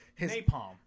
napalm